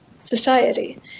society